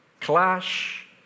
clash